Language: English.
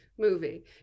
Movie